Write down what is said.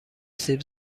سیب